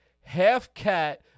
half-cat